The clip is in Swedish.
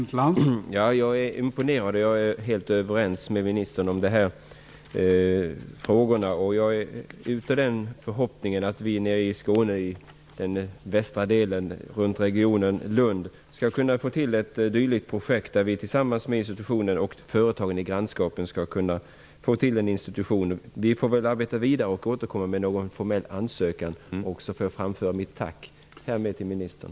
Herr talman! Jag är imponerad, och jag är helt överens med ministern i dessa frågor. Jag har en förhoppning om att institutionen och företagen skall få till stånd ett dylikt projekt nere i Skånes västra del -- i regionen runt Lund. Vi får arbeta vidare och återkomma med en formell ansökan. Jag framför härmed mitt tack till ministern.